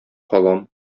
калам